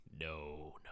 no